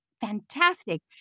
fantastic